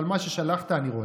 אבל מה ששלחת אני רואה.